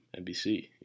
NBC